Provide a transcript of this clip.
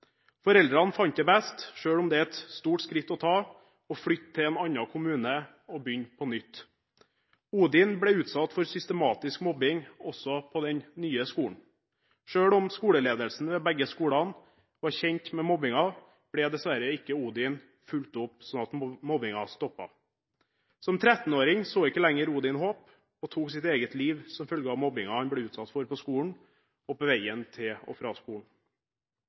Foreldrene fant det best – selv om det er et stort skritt å ta – å flytte til en annen kommune og begynne på nytt. Odin ble utsatt for systematisk mobbing også på den nye skolen. Selv om skoleledelsen ved begge skolene var kjent med mobbingen, ble dessverre ikke Odin fulgt opp slik at mobbingen stoppet. Som 13-åring så ikke lenger Odin noe håp og tok sitt eget liv på grunn av mobbingen han ble utsatt for på skolen og på veien til og fra skolen.